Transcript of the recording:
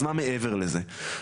אז מה מעבר לזה?